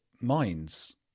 minds